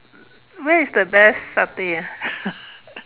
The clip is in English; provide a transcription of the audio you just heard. where is the best satay ah